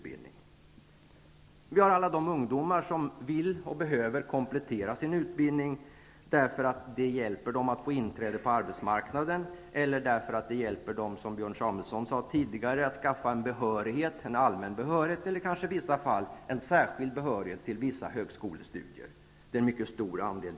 Vi har också alla de ungdomar som vill och behöver komplettera sin utbildning. Det hjälper dem att komma in på arbetsmarknaden eller hjälper dem, som Björn Samuelson tidigare sade, att skaffa en allmän behörighet eller kanske i en del fall en särskild behörighet för vissa högskolestudier. Dessa ungdomar utgör en mycket stor andel.